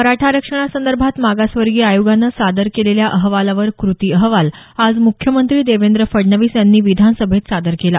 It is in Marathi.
मराठा आरक्षणासंदर्भात मागासवर्गीय आयोगानं सादर केलेल्या अहवालावर कृती अहवाल आज मुख्यमंत्री देवेंद्र फडणवीस यांनी विधानसभेत सादर केला